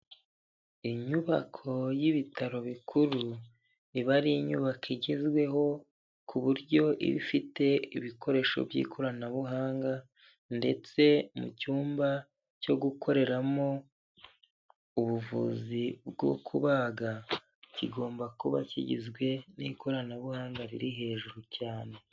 Inyubako y'ibitaro bikuru, iba ari inyubako igezweho ku buryo ifite ibikoresho by'ikoranabuhanga ndetse icyumba cyo gukoreramo ubuvuzi bwo kubaga kigomba kuba kigizwe n'ikoranabuhanga riri hejuru cyane.